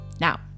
Now